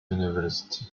university